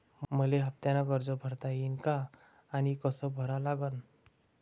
मले हफ्त्यानं कर्ज भरता येईन का आनी कस भरा लागन?